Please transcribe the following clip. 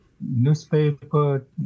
newspaper